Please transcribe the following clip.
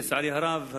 לצערי הרב,